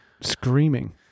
Screaming